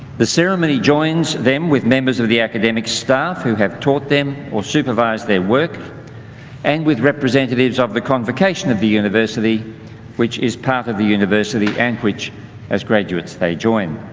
the ceremony joins them with members of the academic staff who have taught them or supervised their work and with representatives of the convocation of the university which is part of the university and which as graduates they join.